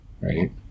right